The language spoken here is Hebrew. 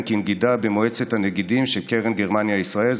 כנגידה במועצת הנגידים של קרן גרמניה-ישראל.